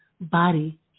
body